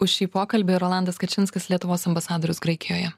už šį pokalbį rolandas kačinskas lietuvos ambasadorius graikijoje